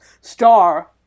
Star